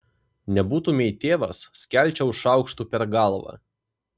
nebūtumei tėvas skelčiau šaukštu per galvą